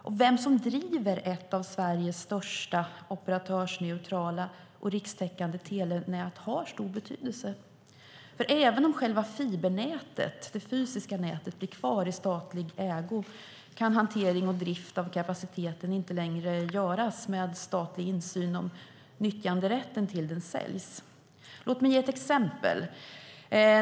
Och vem som driver ett av Sveriges största operatörsneutrala och rikstäckande telenät har stor betydelse, för även om själva fibernätet, det fysiska nätet, blir kvar i statlig ägo kan hantering och drift av kapaciteten inte längre skötas med statlig insyn om nyttjanderätten till den säljs. Låt mig ge ett exempel.